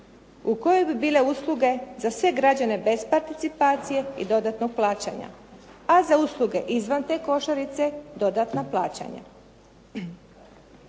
u kojoj bi bile usluge za sve građane bez participacije i dodatnog plaćanja, a za usluge izvan te košarice dodatna plaćanja.